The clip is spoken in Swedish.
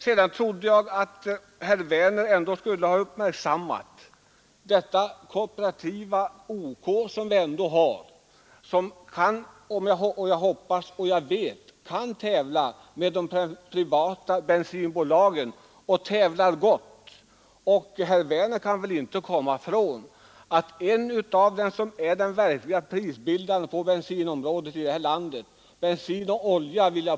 Jag trodde att herr Werner ändå skulle ha uppmärksammat det kooperativa OK som jag hoppas, och som jag också vet, kan tävla med de privata bensinbolagen med framgång. Herr Werner kan väl inte komma ifrån att ett av de företag som är den verkliga prisbildaren på bensinoch oljeområdet i det här landet är OK.